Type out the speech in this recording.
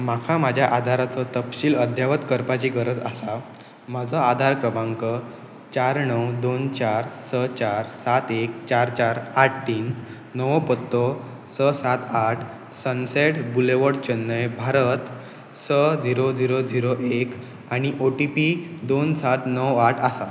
म्हाका म्हज्या आदाराचो तपशील अध्यायपत करपाची गरज आसा म्हजो आदार क्रमांक चार णव दोन चार स चार सात एक चार चार आठ तीन णवो पत्तो स सात आठ सनसेट बुलेवड चेन्नय भारत स झिरो झिरो झिरो एक आनी ओ टी पी दोन सात णव आठ आसा